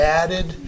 added